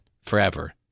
forever